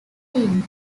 ring